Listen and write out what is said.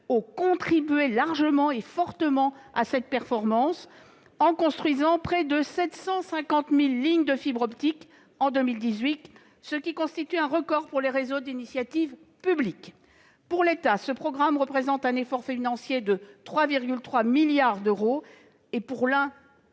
ont fortement contribué à cette performance, en construisant près de 750 000 lignes de fibre optique en 2018, ce qui constitue un record pour les réseaux d'initiative publique. Pour l'État, ce programme représente un effort financier de 3,3 milliards d'euros. Dans l'Ain,